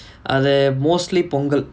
அது:athu mostly pongal